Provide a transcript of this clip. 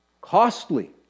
Costly